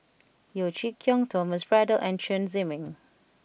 Yeo Chee Kiong Thomas Braddell and Chen Zhiming